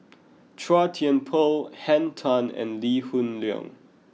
Chua Thian Poh Henn Tan and Lee Hoon Leong